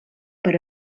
per